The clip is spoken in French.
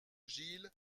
gille